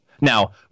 Now